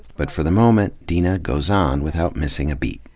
but for the moment, deena goes on without missing a beat.